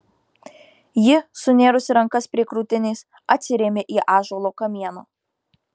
ji sunėrusi rankas prie krūtinės atsirėmė į ąžuolo kamieną